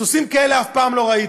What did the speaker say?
סוסים כאלה אף פעם לא ראיתי.